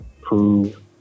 prove